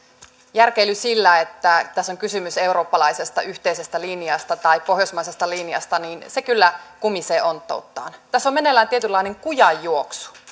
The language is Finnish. järkeily sillä että tässä on kysymys yhteisestä eurooppalaisesta linjasta tai pohjoismaisesta linjasta kyllä kumisee onttouttaan tässä on meneillään tietynlainen kujanjuoksu